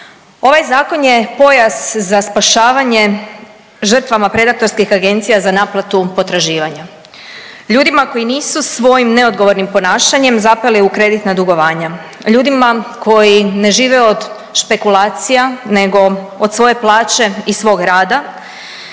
Ovaj Zakon je pojas za spašavanje žrtvama predatorskih agencija za naplatu potraživanja. Ljudima koji nisu svojim neodgovornim ponašanjem zapeli u kreditna dugovanja, ljudima koji ne žive od špekulacija nego od svoje plaća i svog rada,